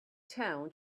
town